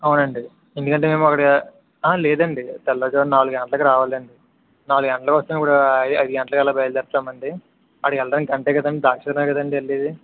అవునండి ఎందుకంటే మేము అక్కడ లేదండి తెల్లవారుజామున నాలుగు గంటలకి రావాలండి నాలుగు గంటలకు వచ్చిన కూడా ఐదు గంటలకి అలా బయలుదేరుతాం అండి అక్కడికి వెళ్ళడానికి గంట కదా దాక్షారామం కదండి వెళ్ళేది